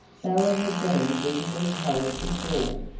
though it had been bitterly cold before.